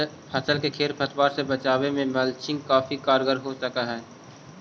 फसल के खेर पतवार से बचावे में मल्चिंग काफी कारगर हो सकऽ हई